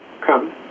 come